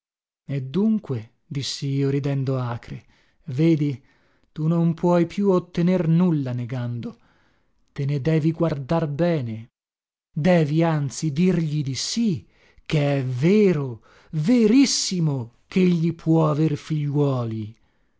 e dunque dissi io ridendo acre vedi tu non puoi più ottener nulla negando te ne devi guardar bene devi anzi dirgli di sì che è vero verissimo chegli può aver figliuoli